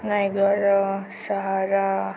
Niagara Sahara